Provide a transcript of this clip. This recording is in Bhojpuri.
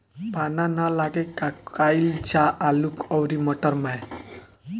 पाला न लागे का कयिल जा आलू औरी मटर मैं?